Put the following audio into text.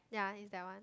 ya I think it's that one